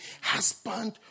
Husband